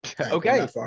Okay